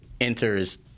enters